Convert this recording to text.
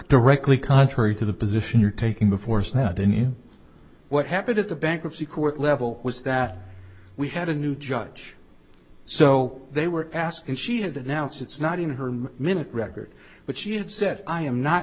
directly contrary to the position you're taking the force now than in what happened at the bankruptcy court level was that we had a new judge so they were asked and she had announced it's not in her minute record but she had said i am not